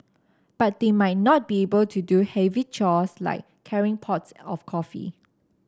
but they might not be able to do heavy chores like carrying pots of coffee